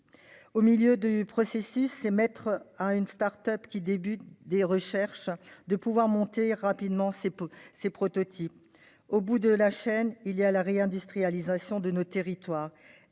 En cours de processus, il faut permettre à une start-up qui débute ses recherches de monter rapidement ses prototypes. Au bout de la chaîne, c'est la réindustrialisation de nos territoires